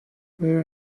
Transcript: why